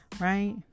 right